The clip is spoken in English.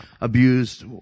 abused